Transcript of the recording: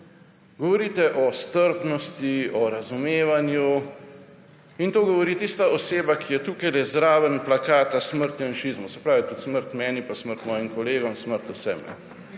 Govorite o strpnosti, o razumevanju, in to govori tista oseba, ki je tukaj zraven plakata Smrt janšizmu. Se pravi, tudi smrt meni pa smrt mojim kolegom, smrt vsem.